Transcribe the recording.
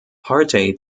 harte